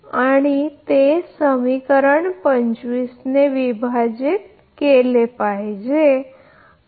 तर समीकरण 24 हे समीकरण 25 ने विभाजित करा याचा अर्थ हा एक